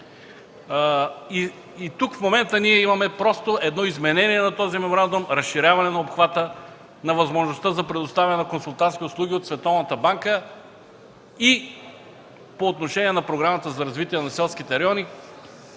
норми. В момента тук има просто изменение на меморандума, разширяване на обхвата, на възможността за предоставяне на консултантски услуги от Световната банка и по отношение на Програмата за развитие на селските райони